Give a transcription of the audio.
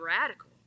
radical